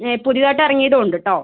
പുതിയതായിട്ട് ഇറങ്ങിയതും ഉണ്ട് കേട്ടോ